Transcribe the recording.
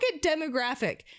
demographic